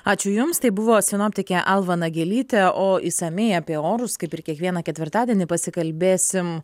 ačiū jums tai buvo sinoptikė alva nagelytė o išsamiai apie orus kaip ir kiekvieną ketvirtadienį pasikalbėsim